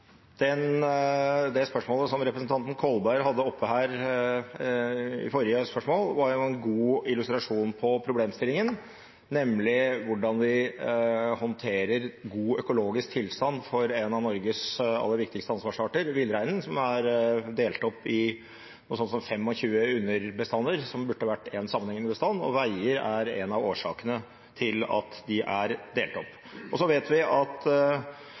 Det spørsmålet som representanten Kolberg hadde oppe her, altså forrige spørsmål, var en god illustrasjon på problemstillingen, nemlig hvordan vi håndterer god økologisk tilstand for en av Norges aller viktigste ansvarsarter, villreinen, som er delt opp i rundt 25 underbestander, som burde ha vært én sammenhengende bestand, og veier er en av årsakene til at de er delt opp. Så vet vi at